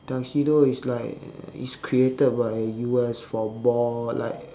tuxedo is like it's created by U_S for ball like